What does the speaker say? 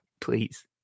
please